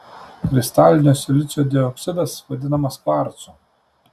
kristalinio silicio dioksidas vadinamas kvarcu